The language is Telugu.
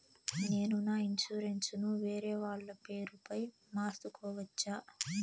నేను నా ఇన్సూరెన్సు ను వేరేవాళ్ల పేరుపై మార్సుకోవచ్చా?